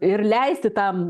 ir leisti tam